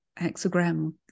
hexagram